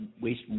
waste